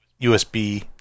USB